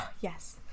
yes